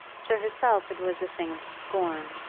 to herself it was a thing of scorn.